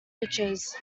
pitches